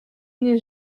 nie